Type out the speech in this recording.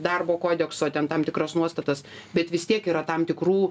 darbo kodekso ten tam tikras nuostatas bet vis tiek yra tam tikrų